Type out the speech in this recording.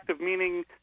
meaning